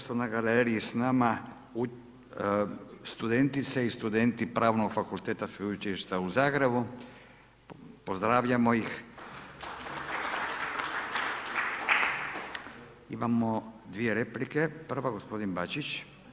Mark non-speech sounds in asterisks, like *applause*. Sad su na galeriji s nama studentice i studenti Pravnog fakulteta sveučilišta u Zagrebu, pozdravljamo ih … *applause* imamo 2 replike, prva gospodin Bačić.